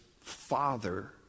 father